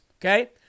okay